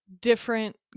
different